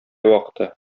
вакыты